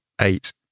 eight